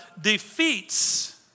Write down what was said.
defeats